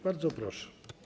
Bardzo proszę.